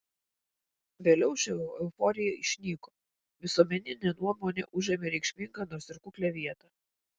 vėliau ši euforija išnyko visuomeninė nuomonė užėmė reikšmingą nors ir kuklią vietą